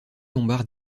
lombards